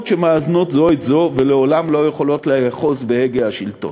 שמאזנות זו את זו ולעולם לא יכולות לאחוז בהגה השלטון.